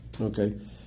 Okay